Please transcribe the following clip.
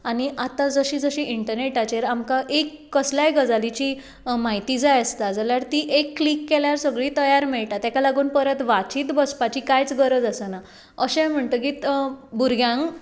आनी आतां जशें जशें इंटनेटाचेर आमकां एक कसल्याय गजालीची म्हायती जाय आसता जाल्यार ती एक क्लीक केल्यार सगली तयार मेळटा ताका लागून परत वाचीत बसपाची कांयच गरज आसना अशें म्हणटकीत बुरग्यांक